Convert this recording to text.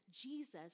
jesus